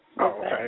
okay